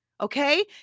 okay